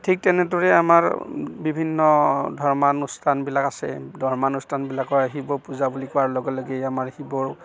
ঠিক তেনেদৰে আমাৰ বিভিন্ন ধৰ্মানুষ্ঠানবিলাক আছে ধৰ্মানুষ্ঠানবিলাকৰ শিৱ পূজা বুলি লগে লগে আমাৰ শিৱৰ